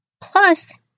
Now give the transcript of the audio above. Plus